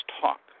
talk